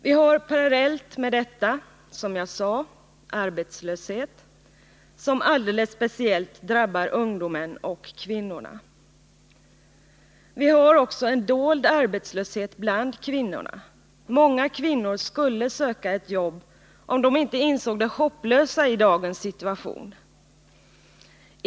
Vi har parallellt med denna situation en arbetslöshet som alldeles speciellt drabbar ungdomen och kvinnorna. Vi har också en dold arbetslöshet bland kvinnorna. Många kvinnor skulle söka ett jobb om de inte insåg det hopplösa i dagens situation.